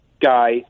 guy